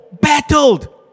battled